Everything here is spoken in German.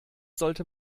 sollte